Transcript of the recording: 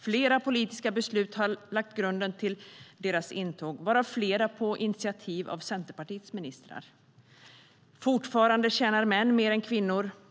Flera politiska beslut har lagt grunden till deras intåg, varav flera på initiativ av Centerpartiets ministrar. Fortfarande tjänar män mer än kvinnor.